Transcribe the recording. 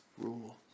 rule